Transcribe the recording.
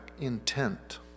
intent